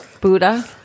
Buddha